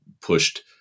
pushed